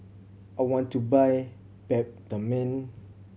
I want to buy Peptamen